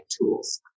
tools